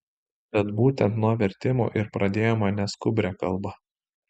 tad būtent nuo vertimų ir pradėjome neskubrią kalbą